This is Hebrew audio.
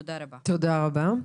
תודה רבה.